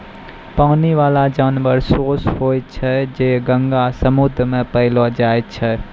पानी बाला जानवर सोस होय छै जे गंगा, समुन्द्र मे पैलो जाय छै